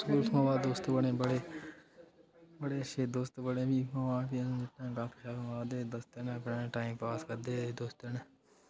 भी उत्थुआं बाद दोस्त बने बड़े अच्छे दोस्त बने भी उत्थुआं बाद असें दोस्तें ने गपशप मारदे दोस्तें ने अपने टाइम पास करदे हे दोस्तें ने